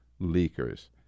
leakers